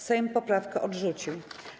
Sejm poprawkę odrzucił.